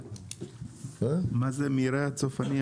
מה זה מרעה צופני?